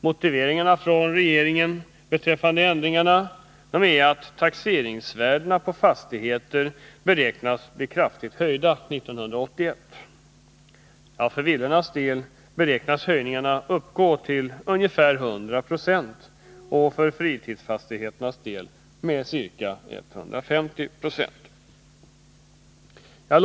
Regeringens motivering till ändringarna är att taxeringsvärdena för fastigheter beräknas bli kraftigt höjda 1981. För villorna beräknas höjningarna uppgå till ungefär 100 96 och för fritidsfastigheterna till ca 150 90.